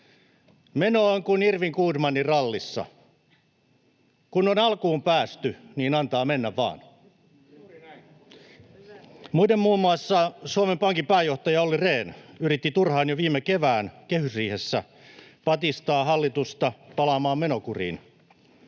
Meno on kuin Irwin Goodmanin rallissa: ”Kun on alkuun päästy, niin antaa mennä vaan”. Muiden muassa Suomen Pankin pääjohtaja Olli Rehn yritti turhaan jo viime kevään kehysriihessä patistaa hallitusta palaamaan menokuriin.